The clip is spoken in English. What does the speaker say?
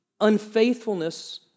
unfaithfulness